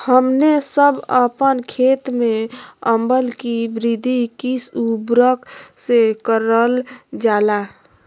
हमने सब अपन खेत में अम्ल कि वृद्धि किस उर्वरक से करलजाला?